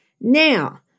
Now